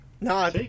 No